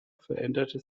veränderte